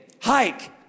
Hike